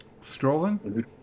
Strolling